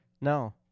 no